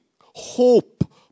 hope